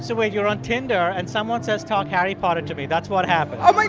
so you're on tinder, and someone says, talk harry potter to me. that's what happened oh, my